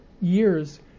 years